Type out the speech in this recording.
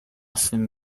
swym